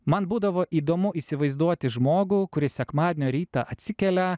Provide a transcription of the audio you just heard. man būdavo įdomu įsivaizduoti žmogų kuris sekmadienio rytą atsikelia